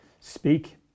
speak